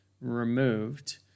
removed